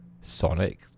Sonic